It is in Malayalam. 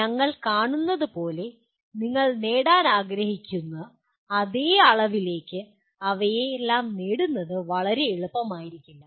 ഞങ്ങൾ കാണുന്നത് പോലെ നിങ്ങൾ നേടാൻ ആഗ്രഹിക്കുന്ന അതേ അളവിലേക്ക് അവയെല്ലാം നേടുന്നത് വളരെ എളുപ്പമായിരിക്കില്ല